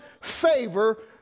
favor